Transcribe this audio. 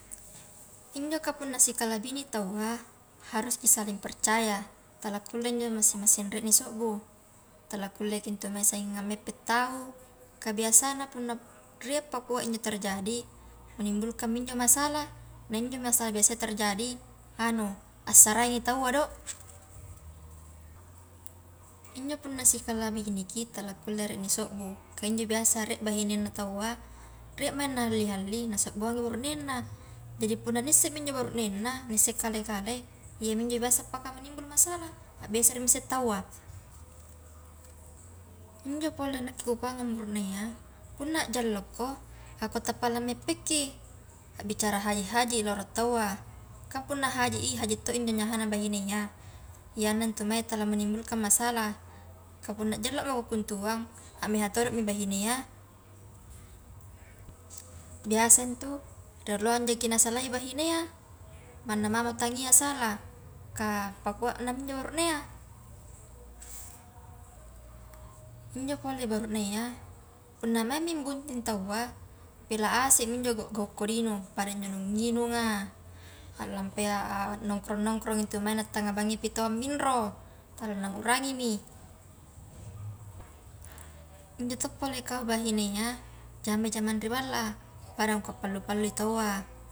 Injo kapunna sikalabinei taua haruski saling percaya, tala kulle njo masing-masing rie ni sobbu, tala kulleki ntu mai sanging ampeppe tau. ka biasana punna rie pakua injo terjadi menimbulkanmi injo masalah, nah injo masalah biasaiya terjadi anu assarangi taua do, injo punna sikalabineki tala kulle nie ri sobbu, kah injo biasa rie bahinenna tawwa rie maing nahalli-halli nasobbuangi burunenna jari punna nissemi injo burunenna naisse kale-kale iyami injo biasa paka nimbul masalah abbeseremi se taua, injo pole nakke ku kuanga burunea punna jallokko ako tappa la meppekki, abbicara haji-haji loro taua kang punna haji i, haji toi injo nyahana bahinea, iyana ntu mae tala menimbulkan masalah, ka punna jallo mako kuntuang, a meha todomi bahinea, biasa ntu rioloang jaki nasalai bainea, manna mamo tang iya salah, kah pakua nami injo burunea, injo pole burunea punna maingmi bunting tawwa pela asemi injo gau-gau kodinu pada njo nu nginunga, a lampaia nongkrong-nongkrong intu mai nah tanga bangipi tawwa minro tala nangurangimi, injo to pole kai bahinea jamai jamang ri balla a pada ngkua pallu-pallui taua.